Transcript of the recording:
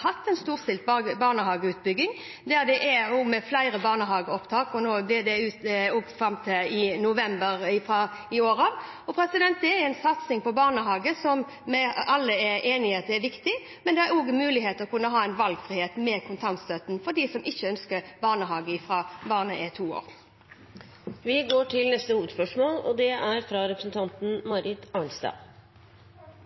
hatt en storstilt barnehageutbygging, med flere barnehageopptak – og nå fram til november, fra i år av. Det er en satsing på barnehager som vi alle er enige om er viktig, men det er også en mulighet til å kunne ha valgfrihet, med kontantstøtte for dem som ikke ønsker barnehageplass fra barnet er to år. Vi går til neste hovedspørsmål. Mitt spørsmål går til kulturministeren. Det